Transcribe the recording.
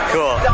Cool